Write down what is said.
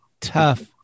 tough